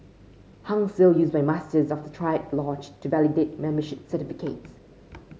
Hung Seal used by Masters of the triad lodge to validate membership certificates